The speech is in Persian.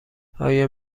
آیا